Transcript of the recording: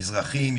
מזרחים,